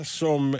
som